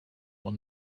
will